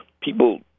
People